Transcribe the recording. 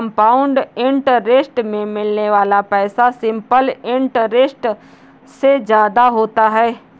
compound interest में मिलने वाला पैसा सिंपल इंटरेस्ट से ज्यादा होता है